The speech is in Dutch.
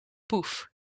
poef